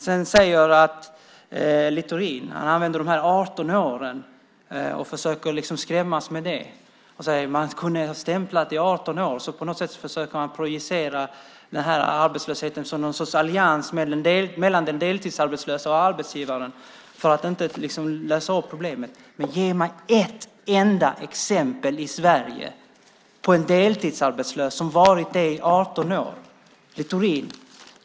Sedan försöker Littorin skrämmas med de här 18 åren. Han säger att man kunde stämpla i 18 år. På något sätt försöker han projicera arbetslösheten som någon sorts allians mellan den deltidsarbetslöse och arbetsgivaren för att inte lösa problemen. Ge mig ett enda exempel i Sverige på en deltidsarbetslös som har varit det i 18 år, Littorin!